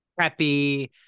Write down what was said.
preppy